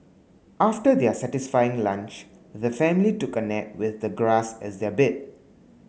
after their satisfying lunch the family took a nap with the grass as their bed